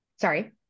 sorry